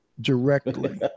directly